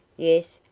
yes,